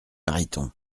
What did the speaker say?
mariton